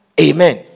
Amen